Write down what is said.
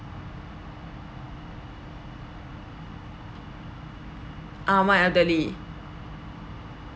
uh one elderly